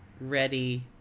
ready